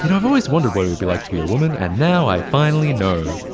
and i've always wondered what it'd be like to be a woman, and now i finally know.